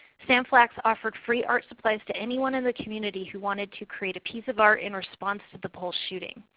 sam flax offered free art supplies to anyone in the community who wanted to create a piece of art in response to the pulse shooting.